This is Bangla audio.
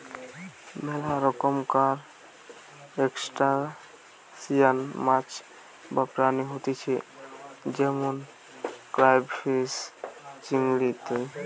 মেলা রকমকার ত্রুসটাসিয়ান মাছ বা প্রাণী হতিছে যেমন ক্রাইফিষ, চিংড়ি ইত্যাদি